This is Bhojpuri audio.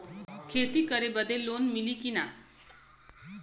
खेती करे बदे लोन मिली कि ना?